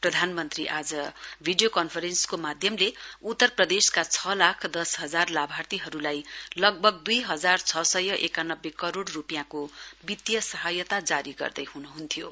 प्रधानमन्त्री आज मिडिया कन्फरेन्सका माध्यमले उत्तर प्रदेशका छ लाख दस हजार लाभार्थीहरूलाई लगभग द्ई हजार छ सय एकानब्बे करोड़ रूपियाँको वित्तीय सहायता जारी गर्दै हुनुहुन्थ्यो